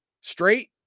Straight